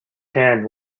hand